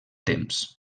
temps